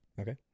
Okay